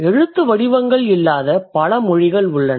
எழுத்துவடிவங்கள் இல்லாத பல மொழிகள் உள்ளன